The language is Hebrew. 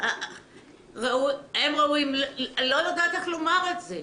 אני לא יודעת איך לומר את זה.